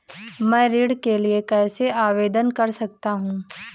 मैं ऋण के लिए कैसे आवेदन कर सकता हूं?